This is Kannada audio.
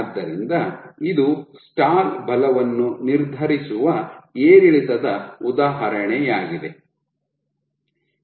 ಆದ್ದರಿಂದ ಇದು ಸ್ಟಾಲ್ ಬಲವನ್ನು ನಿರ್ಧರಿಸುವ ಏರಿಳಿತದ ಉದಾಹರಣೆಯಾಗಿದೆ